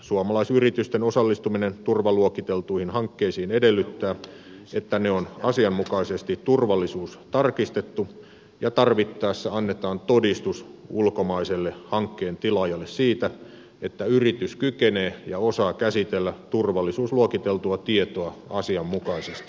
suomalaisyritysten osallistuminen turvaluokiteltuihin hankkeisiin edellyttää että ne on asianmukaisesti turvallisuustarkistettu ja tarvittaessa annetaan todistus ulkomaiselle hankkeen tilaajalle siitä että yritys kykenee ja osaa käsitellä turvallisuusluokiteltua tietoa asianmukaisesti